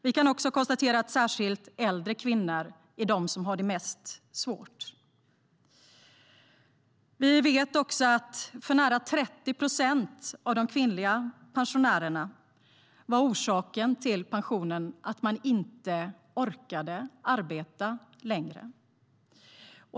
Vi kan konstatera att det är särskilt äldre kvinnor som har det svårast. Vi vet att orsaken till den låga pensionen för nära 30 procent av de kvinnliga pensionärerna var att de inte orkade arbeta längre.